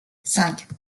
cinq